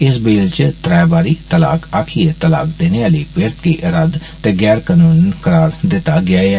इस बिल च त्रै बारी तलाक अक्खियै तलाक देने आली पिरत गी रद्द ते गौरकनून करार दिता गेआ ऐ